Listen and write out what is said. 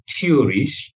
theories